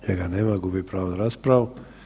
Njega nema, gubi pravo na raspravu.